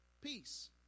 peace